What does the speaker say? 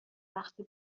وقتی